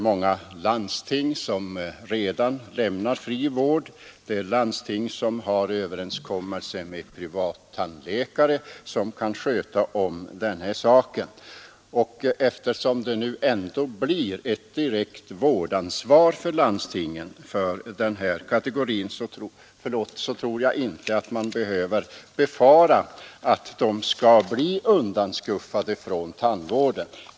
Många landsting lämnar redan fri vård — det är landsting som har överenskommelser med privattandläkare som kan sköta om saken. Och eftersom det nu ändå blir ett direkt vårdansvar för landstingen i fråga om den här kategorin, så tror jag inte att man behöver befara att vederbörande skall bli undanskuffade från tandvården.